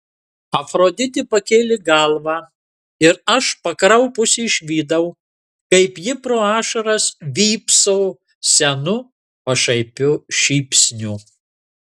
afroditė pakėlė galvą ir aš pakraupusi išvydau kaip ji pro ašaras vypso senu pašaipiu šypsniu